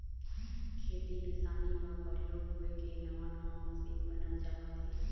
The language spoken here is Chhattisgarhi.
खेती किसानी म परयोग होय के नवा नवा मसीन बनत जावत हे